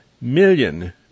million